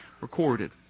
recorded